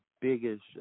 biggest